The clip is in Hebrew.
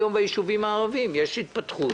היום ביישובים הערביים יש התפתחות